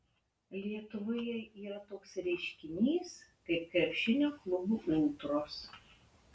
lietuvoje yra ir toks reiškinys kaip krepšinio klubų ultros